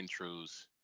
intros